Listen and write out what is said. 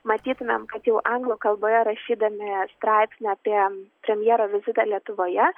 matytumėm kad jau anglų kalboje rašydami straipsnį apie premjero vizitą lietuvoje